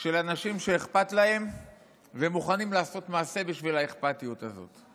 של אנשים שאכפת להם והם מוכנים לעשות מעשה בשביל האכפתיות הזאת.